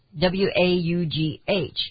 W-A-U-G-H